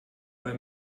bei